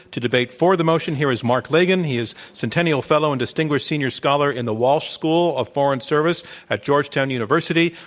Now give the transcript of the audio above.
to debate for the motion, here is mark lagon. he is centennial fellow and distinguished senior scholar in the walsh school of foreign service at georgetown university,